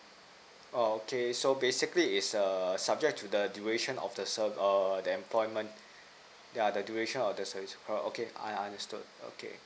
oh okay so basically is err subject to the duration of the serve err the employment yeah the duration of the service err okay I understood okay